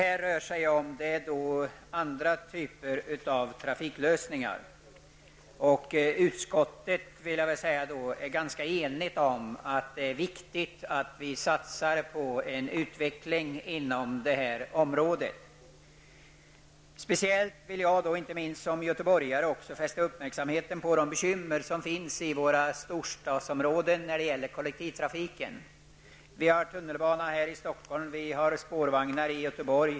Här rör det sig om andra typer av trafiklösningar. Utskottet är i stort sett enigt om vikten av att satsa på utveckling på detta område. Som göteborgare vill jag fästa uppmärksamheten på bekymren i storstadsområdena beträffande kollektivtrafiken. Vi har tunnelbana här i Stockholm, och man har spårvagnar i Göteborg.